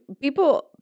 people